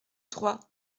trois